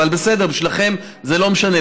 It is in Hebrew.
אבל בסדר, בשבילכם זה לא משנה.